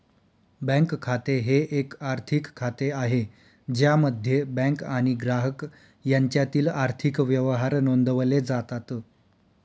bank खाते हे एक आर्थिक खाते आहे ज्यामध्ये बँक आणि ग्राहक यांच्यातील आर्थिक व्यवहार नोंदवले जातात